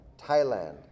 Thailand